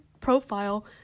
profile